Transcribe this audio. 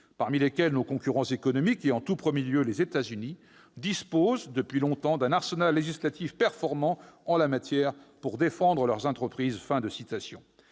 parmi lesquels nos concurrents économiques, et en tout premier lieu les États-Unis, disposent depuis longtemps d'un arsenal législatif performant en la matière pour défendre leurs entreprises. »